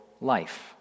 life